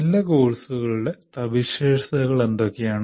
നല്ല കോഴ്സുകളുടെ സവിശേഷതകൾ എന്തൊക്കെയാണ്